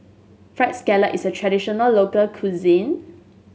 fried scallop is a traditional local cuisine